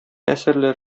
әсәрләр